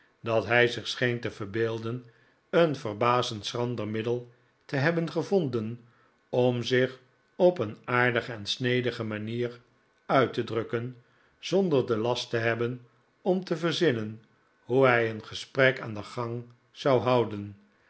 dat hij zich scheen te verbeelden een verbazend schrander middel te hebben gevonden om zich op een aardige en snedige manier uit te drukken zonder den last te hebben om te verzinnen hoe hij een gesprek aan den gang zou houden